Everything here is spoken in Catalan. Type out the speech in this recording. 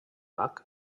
bach